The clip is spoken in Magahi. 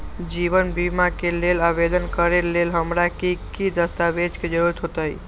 जीवन बीमा के लेल आवेदन करे लेल हमरा की की दस्तावेज के जरूरत होतई?